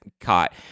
caught